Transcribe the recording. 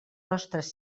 nostres